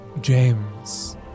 James